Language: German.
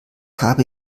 habe